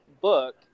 book